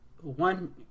One